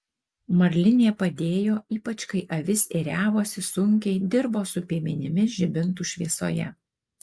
marlinė padėjo ypač kai avis ėriavosi sunkiai dirbo su piemenimis žibintų šviesoje